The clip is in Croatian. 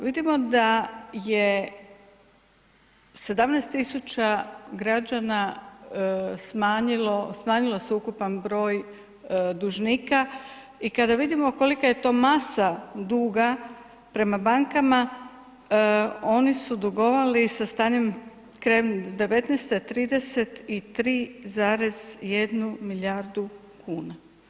Vidimo da je 17.000 građana smanjilo, smanjio se ukupan broj dužnika i kada vidimo kolika je to masa duga prema bankama, oni su dugovali sa stanjem krajem '19., 33,1 milijardu kuna.